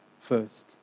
first